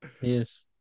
Yes